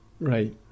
Right